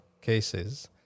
cases